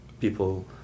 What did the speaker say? people